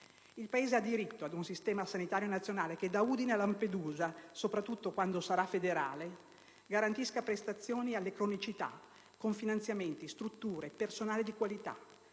Il Paese ha diritto ad un Servizio sanitario nazionale che da Udine a Lampedusa (soprattutto quando sarà federale) garantisca prestazioni alle cronicità con finanziamenti, strutture, personale di qualità